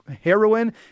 heroin